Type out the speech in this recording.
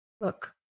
Look